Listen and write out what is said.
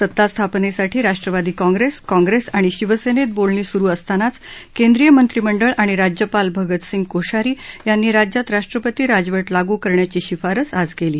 सत्तास्थापनेसाठी Rashtrawadi Congress Congress आणि शिवसेनेत बोलणी सुरु असतानाच केंद्रीय मंत्रिमंडळ आणि राज्यपाल भगतसिंग कोश्यारी यांनी राज्यात राष्ट्रपती राजवट लागू करण्याची शिफारस आज केली